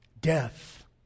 Death